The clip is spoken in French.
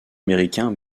américain